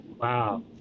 Wow